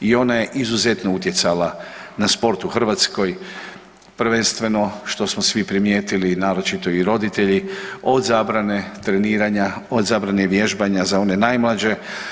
I ona je izuzetno utjecala na sport u Hrvatskoj, prvenstveno što smo svi primijetili naročiti i roditelji, od zabrane treniranja, od zabrane vježbanja za one najmlađe.